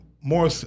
more